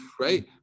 Right